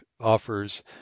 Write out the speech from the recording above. offers